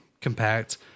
compact